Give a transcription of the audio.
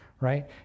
right